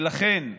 לכן תתחסנו,